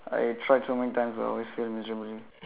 I tried so many times but I always fail miserably